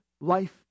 life